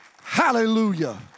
Hallelujah